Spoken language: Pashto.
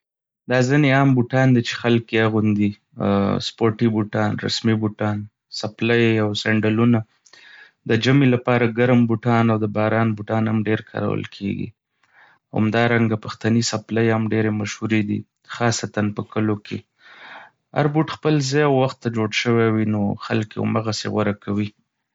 دا ځینې عام بوټان دي چې خلک یې اغوندي: سپورټي بوټان، رسمي بوټان، څپلۍ او سنډلونه. د ژمي لپاره ګرم بوټان او د باران بوټان هم ډېر کارول کېږي. همدارنګه، پښتني څپلۍ هم ډېرې مشهورې دي، خاصتاً په کليو کې. هر بوټ خپل ځای او وخت ته جوړ شوی وي، نو خلک یې همغسې غوره کوي.